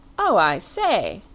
oh, i say!